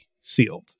sealed